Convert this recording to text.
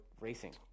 racing